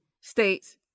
states